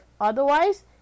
Otherwise